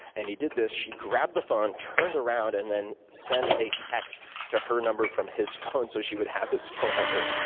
and he did this. she grabbed the phone, turned around, and then sent a text to her number from his phone so she would have his phone number.